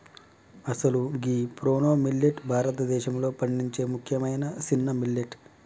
అసలు గీ proso millet భారతదేశంలో పండించే ముఖ్యమైన సిన్న మిల్లెట్